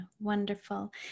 wonderful